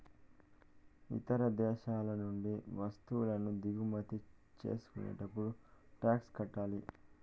ఇతర దేశాల నుండి వత్తువులను దిగుమతి చేసుకునేటప్పుడు టాక్స్ కట్టాలి